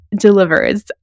delivers